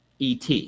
ET